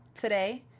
today